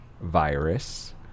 virus